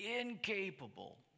incapable